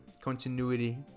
continuity